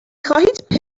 خواهید